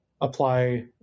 Apply